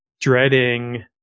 dreading